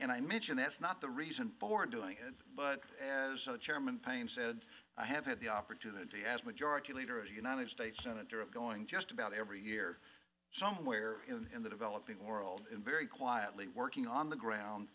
and i mention that's not the reason for doing it but as chairman payne said i had the opportunity as majority leader of the united states senator of going just about every year somewhere in the developing world in very quietly working on the ground